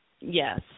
Yes